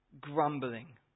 grumbling